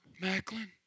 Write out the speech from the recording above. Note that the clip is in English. Macklin